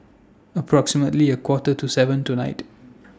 approximately A Quarter to seven tonight